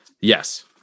Yes